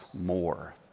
more